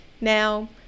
Now